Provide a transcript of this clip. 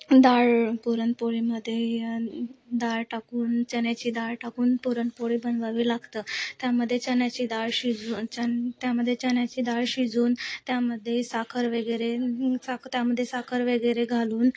डाळ पुरणपोळीमध्ये डाळ टाकून चण्याची डाळ टाकून पुरणपोळी बनवावी लागतं त्यामध्ये चण्याची डाळ शिजून चन त्यामध्ये चण्याची डाळ शिजवून त्यामध्ये साखर वगैरे साखर त्यामध्ये साखर वगैरे घालून